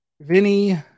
Vinny